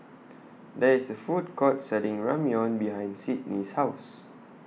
There IS A Food Court Selling Ramyeon behind Sydnee's House